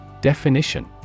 Definition